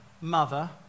mother